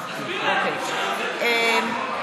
אז תסביר לו שאי-אפשר להוציא אותי.